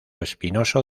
espinoso